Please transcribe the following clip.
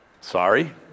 Sorry